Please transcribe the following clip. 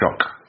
shock